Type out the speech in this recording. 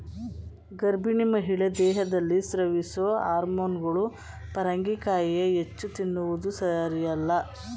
ಗರ್ಭಿಣಿ ಮಹಿಳೆ ದೇಹದಲ್ಲಿ ಸ್ರವಿಸೊ ಹಾರ್ಮೋನುಗಳು ಪರಂಗಿಕಾಯಿಯ ಹೆಚ್ಚು ತಿನ್ನುವುದು ಸಾರಿಯಲ್ಲ